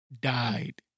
died